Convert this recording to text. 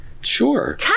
Sure